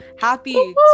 happy